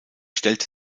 stellte